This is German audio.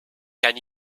kann